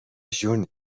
شون